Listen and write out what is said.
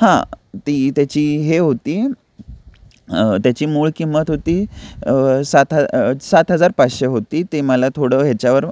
हां ती त्याची हे होती त्याची मूळ किंमत होती सात ह सात हजार पाचशे होती ते मला थोडं ह्याच्यावर